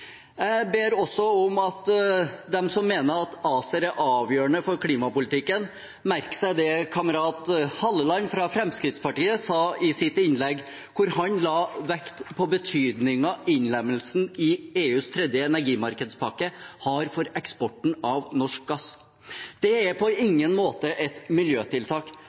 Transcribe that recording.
Jeg ber også om at de som mener at ACER er avgjørende for klimapolitikken, merker seg det som kamerat Halleland fra Fremskrittspartiet sa i sitt innlegg, hvor han la vekt på betydningen innlemmelsen i EUs tredje energimarkedspakke har for eksporten av norsk gass. Det er på ingen måte et miljøtiltak,